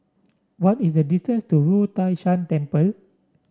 what is the distance to Wu Tai Shan Temple